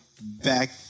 back